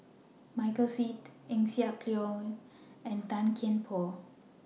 Michael Seet Eng Siak Loy and Tan Kian Por